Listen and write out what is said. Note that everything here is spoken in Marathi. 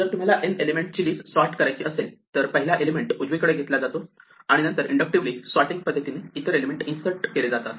जर तुम्हाला n एलिमेंट ची लिस्ट सॉर्ट करायची असेल तर पहिला एलिमेंट उजवीकडे घेतला जातो आणि नंतर इन्दूक्टिव्हली सॉर्टींग पद्धतीने इतर एलिमेंट इन्सर्ट केले जातात